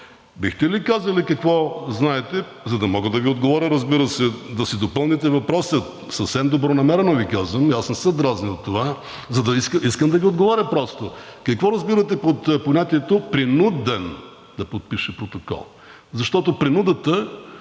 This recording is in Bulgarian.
Бихте ли казали какво знаете, за да мога да Ви отговоря, разбира се, да си допълните въпроса, съвсем добронамерено Ви казвам. Аз не се дразня от това, искам да Ви отговоря, какво разбирате под понятието „принуден“ да подпише протокол, защото принудата